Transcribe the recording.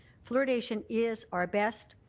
fluoridation is our best,